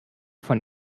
von